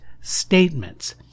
statements